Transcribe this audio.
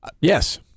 Yes